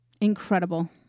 Incredible